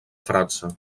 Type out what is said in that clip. frança